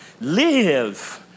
Live